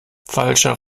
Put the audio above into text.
falscher